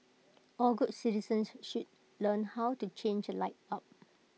all good citizens should learn how to change A light bulb